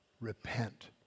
repent